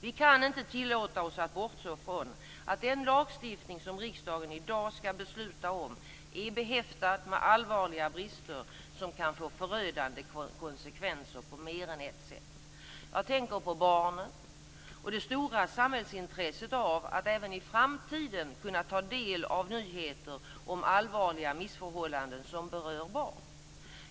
Vi kan inte tillåta oss att bortse från att den lagstiftning som riksdagen i dag skall besluta om är behäftad med allvarliga brister som kan få förödande konsekvenser på mer än ett sätt. Jag tänker på barnen och det stora samhällsintresset av att även i framtiden kunna ta del av nyheter om allvarliga missförhållanden som berör barn.